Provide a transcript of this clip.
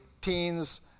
teens